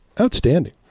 outstanding